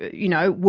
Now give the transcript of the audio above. you know,